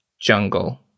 jungle